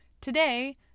Today